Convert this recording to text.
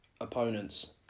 opponents